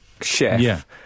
chef